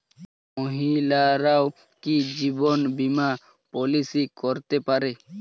মহিলারাও কি জীবন বীমা পলিসি করতে পারে?